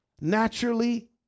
naturally